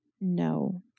No